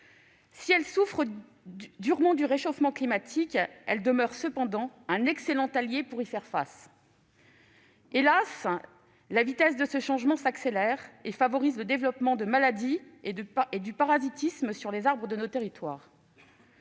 Si elle souffre durement du réchauffement climatique, elle demeure cependant une excellente alliée pour y faire face. Hélas, la vitesse de ce changement s'accélère et favorise le développement de maladies et du parasitisme sur les arbres de nos territoires.